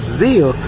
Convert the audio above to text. zeal